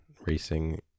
racing